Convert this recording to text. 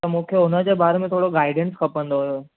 त मूंखे उन जे बारे में थोरो गाइडेंस खपंदो हुयो